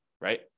right